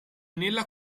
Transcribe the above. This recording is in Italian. nella